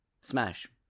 Smash